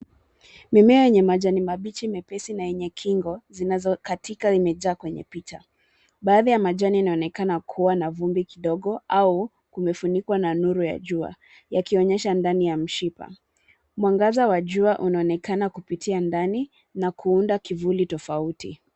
Mimea yenye majani mabichi mepesi, yenye kingo, zinazokatika imejaa kwenye picha. Baadhi ya majani yanaonekana kuwa na vumbi kidogo au kumefunikwa na nuru ya jua yakionyesha ndani ya mishipa. Mwangaza wa jua unaonekana kupitia ndani na kuunda kivuli tofauti.